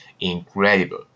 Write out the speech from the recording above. incredible